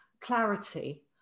clarity